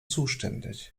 zuständig